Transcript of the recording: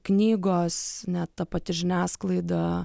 knygos net ta pati žiniasklaida